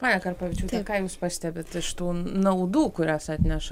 ponia karpovičiūte ką jūs pastebit iš tų naudų kurias atneša